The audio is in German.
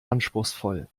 anspruchsvoll